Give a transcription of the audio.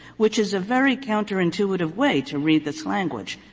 which is a very counterintuitive way to read this language.